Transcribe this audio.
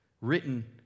Written